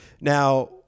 Now